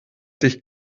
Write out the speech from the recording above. dich